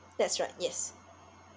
that's right yes